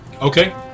Okay